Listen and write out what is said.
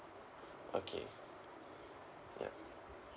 okay